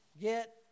Get